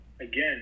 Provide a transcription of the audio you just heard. again